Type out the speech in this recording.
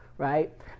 right